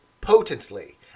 potently